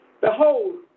Behold